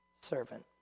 Servant